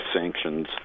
sanctions